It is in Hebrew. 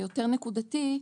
היותר נקודתי,